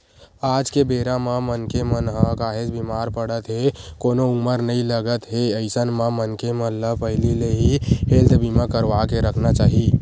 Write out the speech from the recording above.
आज के बेरा म मनखे मन ह काहेच बीमार पड़त हे कोनो उमर नइ लगत हे अइसन म मनखे मन ल पहिली ले ही हेल्थ बीमा करवाके रखना चाही